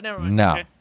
No